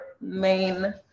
main